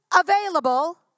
available